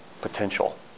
potential